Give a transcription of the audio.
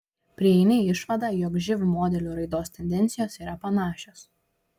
prieini išvadą jog živ modelių raidos tendencijos yra panašios